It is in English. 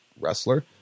wrestler